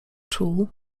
czuł